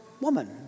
woman